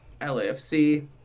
LAFC